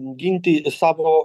ginti savo